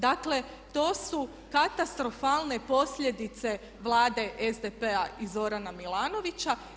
Dakle to su katastrofalne posljedice Vlade SDP-a i Zorana Milanovića.